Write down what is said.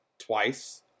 twice